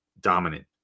dominant